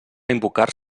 invocar